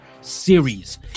series